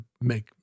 make